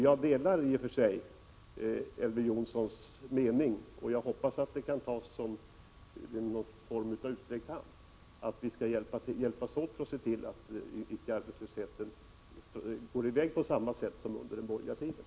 Jag delar i och för sig Elver Jonssons mening — och hoppas att den kan tas som någon sorts utsträckt hand — att vi bör hjälpas åt att se till att arbetslösheten inte sticker i väg på samma sätt som under den borgerliga tiden.